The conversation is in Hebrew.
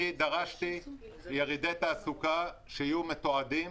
אני דרשתי ירידי תעסוקה שיהיו מתועדים.